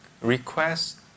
request